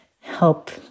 help